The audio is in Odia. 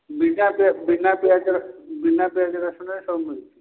ବିନା ପିଆଜ ବିନା ପିଆଜ ରସୁଣ ବିନା ପିଆଜ ରସୁଣରେ ସବୁ ମିଳୁଛି